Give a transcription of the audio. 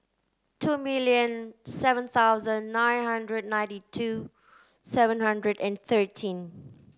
two million seven thousand nine hundred ninety two seven hundred and thirteen